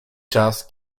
czas